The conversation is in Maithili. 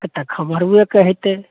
एतऽ खमरुए कहै छै